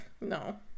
no